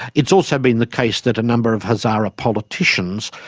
it's also been the case that a number of hazara politicians,